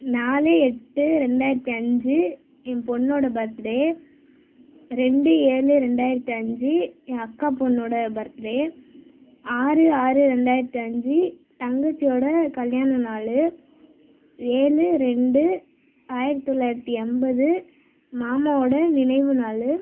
நாலு எட்டு ரெண்டாயிரத்தி அஞ்சு என் பொண்ணோட பர்த்டே ரெண்டு ஏழு ரெண்டாயிரத்தி அஞ்சு என் அக்கா பொண்ணோட பர்த்டே ஆறு ஆறு ரெண்டாயிரத்தி அஞ்சு தங்கச்சியோட கல்யாண நாள் ஏழு ரெண்டு ஆயிரத்தி தொள்ளாயிரத்தி எண்பது மாமாவோட நினைவு நாள்